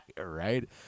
right